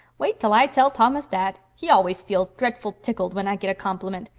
wait till i tell thomas that. he always feels dretful tickled when i git a compliment.